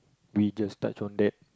we just touch on that